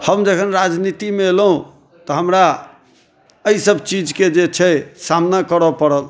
हम जखन राजनीतिमे अयलहुँ तऽ हमरा एहि सभ चीजके जे छै सामना करै पड़ल